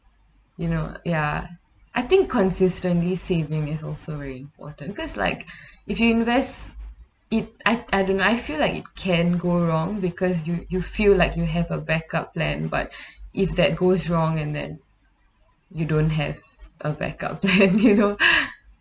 you know ya I think consistently saving is also very important because like if you invest it I I don't know I feel like it can go wrong because you you feel like you have a backup plan but if that goes wrong and then you don't have a backup you know